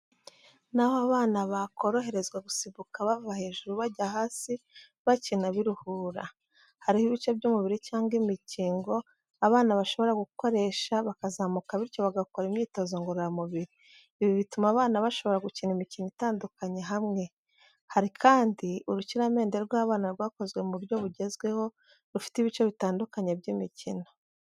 Ni aho abana bakoroherezwa gusimbuka bava hejuru bajya hasi, bakina biruhura. Hariho ibice by'uburiri cyangwa imikingo abana bashobora gukoresha bakazamuka bityo bagakora imyitozo ngororamubiri. Ibi bituma abana bashobora gukina imikino itandukanye hamwe. Hari kandi urukiramende rw'abana rwakozwe mu buryo bugezweho, rufite ibice bitandukanye by’imikino.